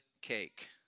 cake